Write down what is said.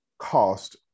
cost